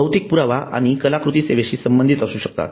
भौतिक पुरावा आणि कलाकृती सेवेशी संबंधित असू शकतात